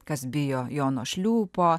kas bijo jono šliūpo